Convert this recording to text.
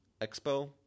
Expo